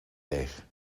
deeg